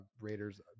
Raiders